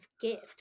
gift